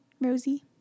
Rosie